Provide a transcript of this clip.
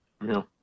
No